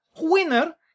Winner